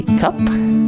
cup